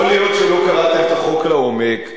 יכול להיות שלא קראתם את החוק לעומק.